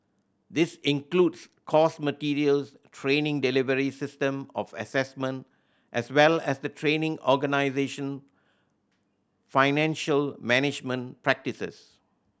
this includes course materials training delivery system of assessment as well as the training organisation financial management practices